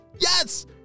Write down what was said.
Yes